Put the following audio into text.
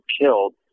killed